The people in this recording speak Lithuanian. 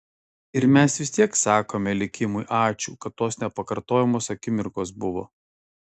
ir mes vis tiek sakome likimui ačiū kad tos nepakartojamos akimirkos buvo